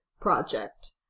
project